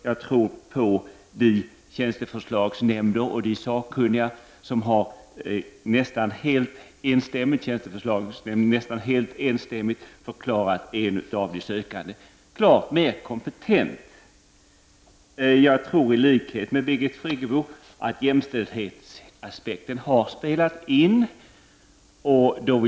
Jag tror på tjänsteförslagsnämnder och sakkunniga, som i detta fall nästan entydigt har förklarat en av de sökande som klart mer kompetent än övriga. Jag tror i likhet med Birgit Friggebo att jämställdhetsaspekterna har spelat en roll i detta fall.